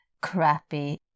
crappy